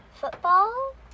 football